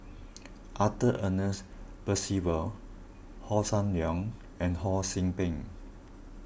Arthur Ernest Percival Hossan Leong and Ho See Beng